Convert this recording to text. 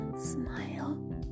smile